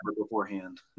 beforehand